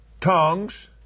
tongues